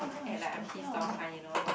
at like I'm pissed off kind you know